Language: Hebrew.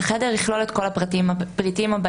החדר יכלול את כל הפריטים הבאים: